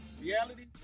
Reality